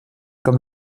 comme